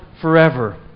forever